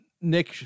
Nick